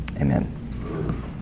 Amen